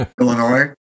Illinois